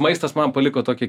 maistas man paliko tokį